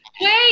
wait